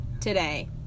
Today